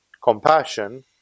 compassion